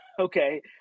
okay